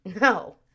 no